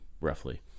roughly